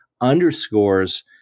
underscores